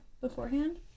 beforehand